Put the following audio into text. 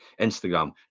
Instagram